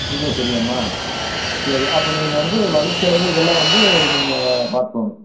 இதே சரியாம்மா சரி அப்போது நீங்கள் வந்து வழிச்செலவு இதெல்லாம் வந்து நீங்கள் பாத்துக்கணும்